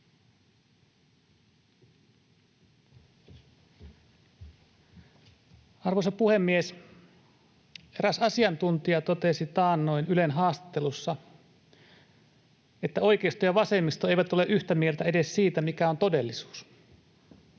Arvoisa puhemies! Eräs asiantuntija totesi taannoin Ylen haastattelussa, että oikeisto ja vasemmisto eivät ole yhtä mieltä edes siitä, mikä on todellisuus.